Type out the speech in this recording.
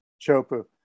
Chopu